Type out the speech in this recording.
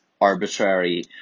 arbitrary